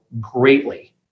greatly